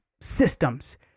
systems